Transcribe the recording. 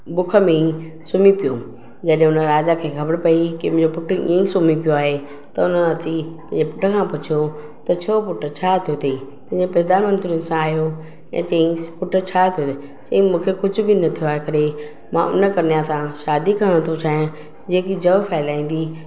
बुखमें ई सुम्ही पियो जॾहिं हुन राजा खे ख़बर पई कि मुंहिंजो पुटु इएं ई सुम्ही पियो आहे त उन पुट खां पुछियो त छो पुट छा थियो अथई उहो प्रधानमंत्रीअ सां आयो त चयाईंसि पुट छा थियो अथई चई मूंखे कुझु बि न थियो आहे मां उन कन्या सां शादी करणु थो चाहियां जेकी जव फहिलाईंदी